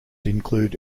include